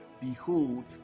behold